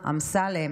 אמסלם,